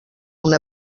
una